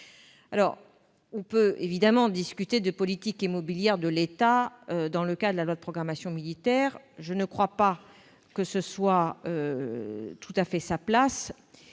On peut évidemment discuter de la politique immobilière de l'État dans le cadre de la loi de programmation militaire, mais je ne crois pas que ce soit tout à fait sa place.